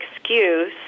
excuse